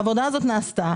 העבודה הזאת נעשתה,